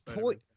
point